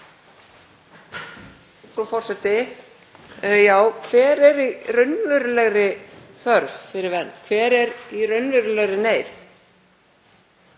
Frú forseti. Hver er í raunverulegri þörf fyrir vernd? Hver er í raunverulegri neyð?